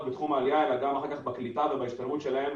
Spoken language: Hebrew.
בתחום העלייה אלא גם אחר כך קליטה ובהשתלבות שלהם